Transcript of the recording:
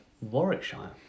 warwickshire